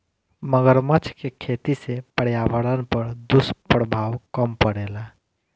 मगरमच्छ के खेती से पर्यावरण पर दुष्प्रभाव कम पड़ेला